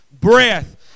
breath